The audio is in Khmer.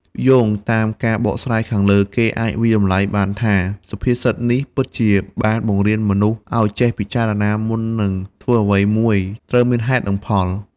យោងតាមការបកស្រាយខាងលើ គេអាចវាយតម្លៃបានថា សុភាសិតនេះពិតជាបានបង្រៀនមនុស្សឲ្យចេះពិចារណាមុននឹងធ្វើអ្វីមួយ ត្រូវមានហេតុនិងផល។